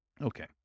Okay